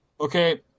Okay